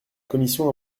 commission